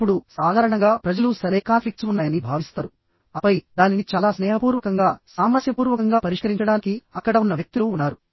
ఇప్పుడు సాధారణంగా ప్రజలు సరే కాన్ఫ్లిక్ట్స్ ఉన్నాయని భావిస్తారు ఆపై దానిని చాలా స్నేహపూర్వకంగా సామరస్యపూర్వకంగా పరిష్కరించడానికి అక్కడ ఉన్న వ్యక్తులు ఉన్నారు